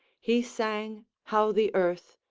he sang how the earth,